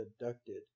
abducted